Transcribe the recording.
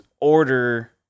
order